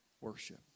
worship